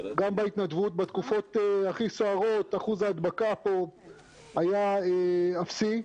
גם בהתנדבות בתקופות הכי סוערות אחוז ההדבקה פה היה אפסי,